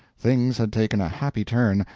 things had taken a happy turn,